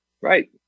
right